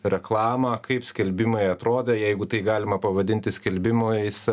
reklamą kaip skelbimai atrodė jeigu tai galima pavadinti skelbimais